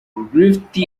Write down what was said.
griffiths